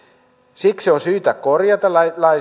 siksi on syytä korjata